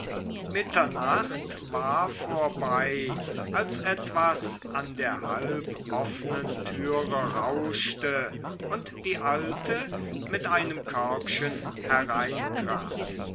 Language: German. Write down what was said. mitternacht war vorbei als etwas an der halboffenen türe rauschte und die alte mit einem körbchen hereintrat